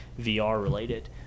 VR-related